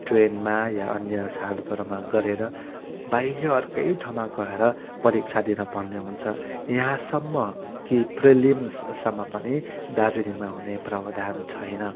ट्रेनमा या अन्य साधनमा तय गरेर बाहिरी अर्कै ठाउँ गएर परीक्षा दिनपर्ने हुन्छ यहाँसम्म कि प्रिलिम्ससम्म पनि दार्जिलिङमा हुने प्रावधान छैन